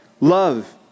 Love